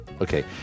Okay